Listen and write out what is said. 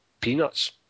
peanuts